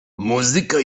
muzyka